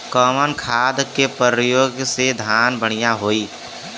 कवन खाद के पयोग से धान बढ़िया होई?